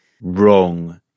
wrong